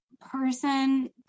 person